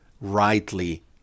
rightly